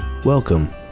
Welcome